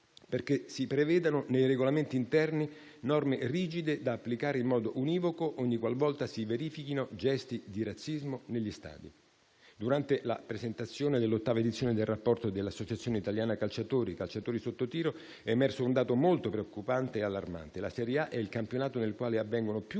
perché si prevedano, nei regolamenti interni, norme rigide da applicare in modo univoco ogni qualvolta si verifichino gesti di razzismo negli stadi. Durante la presentazione dell'ottava edizione del rapporto dell'Associazione italiana calciatori «Calciatori sottotiro» è emerso un dato molto preoccupante e allarmante: la serie A è il campionato nel quale avvengono più